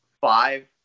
five